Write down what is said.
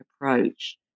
approach